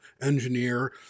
engineer